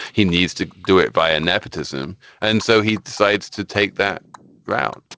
he needs to do it via nepotism and so he decides to take that route.